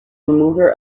remover